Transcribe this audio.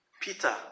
Peter